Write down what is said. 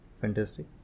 fantastic